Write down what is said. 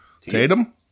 Tatum